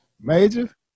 Major